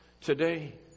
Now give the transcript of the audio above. today